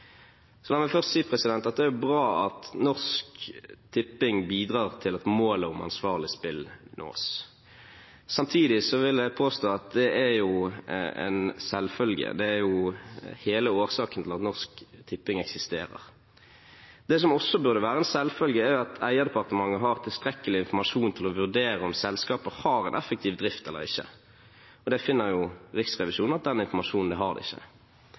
La meg først si at det er bra at Norsk Tipping bidrar til at målet om ansvarlig spill nås. Samtidig vil jeg påstå at det er en selvfølge, det er jo hele årsaken til at Norsk Tipping eksisterer. Det som også burde være en selvfølge, er at eierdepartementet har tilstrekkelig informasjon til å vurdere om selskapet har en effektiv drift eller ikke, og Riksrevisjonen finner at den informasjonen har de ikke. Til tross for at det